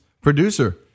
producer